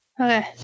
okay